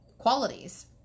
qualities